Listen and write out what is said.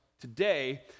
today